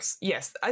yes